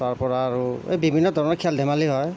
তাৰপৰা আৰু এই বিভিন্ন ধৰণৰ খেল ধেমালি হয়